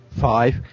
five